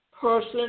person